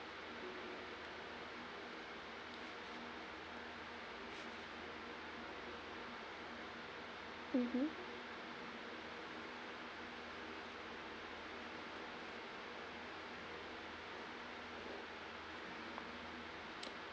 mmhmm